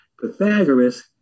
Pythagoras